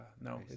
no